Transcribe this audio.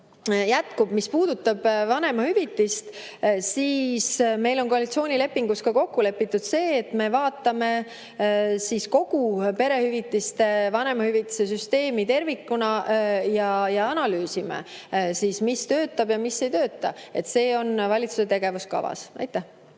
jätkub. Mis puudutab vanemahüvitist, siis meil on koalitsioonilepingus kokku lepitud ka see, et me vaatame kogu perehüvitiste ja vanemahüvitise süsteemi tervikuna ja analüüsime siis, mis töötab ja mis ei tööta. See on valitsuse tegevuskavas. Aitäh!